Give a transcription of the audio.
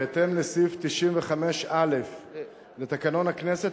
בהתאם לסעיף 95(א) לתקנון הכנסת,